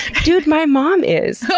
dude, my mom is!